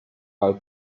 while